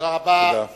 תודה רבה.